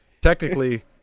Technically